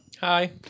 Hi